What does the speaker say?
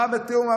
מה בתיאום?